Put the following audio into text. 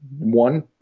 one